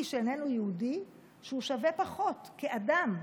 שאיננו יהודי שהוא שווה פחות כאדם.